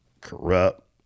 corrupt